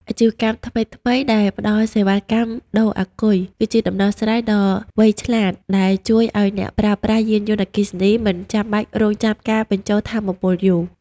អាជីវកម្មថ្មីៗដែលផ្ដល់សេវាកម្មដូរអាគុយ គឺជាដំណោះស្រាយដ៏វៃឆ្លាតដែលជួយឱ្យអ្នកប្រើប្រាស់យានយន្តអគ្គិសនីមិនចាំបាច់រង់ចាំការបញ្ចូលថាមពលយូរ។